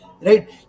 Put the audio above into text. right